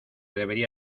debería